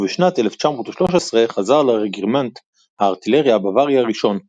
ובשנת 1913 חזר לרגימנט הארטילריה הבווארי ה-1,